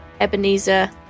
Ebenezer